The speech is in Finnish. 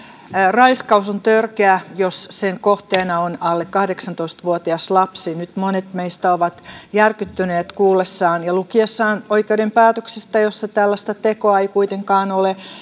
raiskaus on törkeä jos sen kohteena on alle kahdeksantoista vuotias lapsi nyt monet meistä ovat järkyttyneet kuullessaan ja lukiessaan oikeuden päätöksestä jossa tällaista tekoa ei kuitenkaan ole